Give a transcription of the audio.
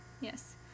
Yes